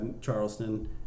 charleston